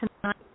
tonight